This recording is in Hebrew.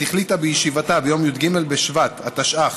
החליטה בישיבתה ביום י"ג בשבט התשע"ח,